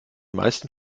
meisten